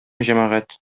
җәмәгать